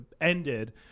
ended